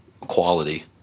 quality